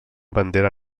bandera